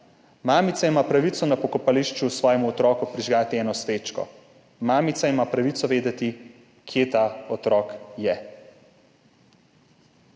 Mamica ima pravico na pokopališču svojemu otroku prižgati eno svečko. Mamica ima pravico vedeti, kje ta otrok je.«